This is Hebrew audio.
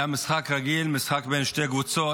היה משחק רגיל, משחק בין שתי קבוצות,